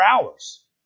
hours